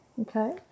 Okay